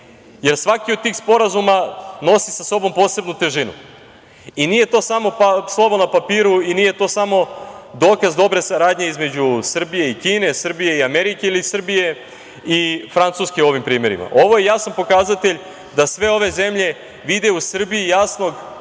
jer svaki od tih sporazuma nosi sa sobom posebnu težinu. Nije to samo slovo na papiru, nije to samo dokaz dobre saradnje između Srbije i Kine, Srbije i Amerike ili Srbije i Francuske u ovim primerima, ovo je jasan pokazatelj da sve ove zemlje vide u Srbiji jasnog,